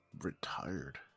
retired